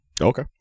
Okay